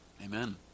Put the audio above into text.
amen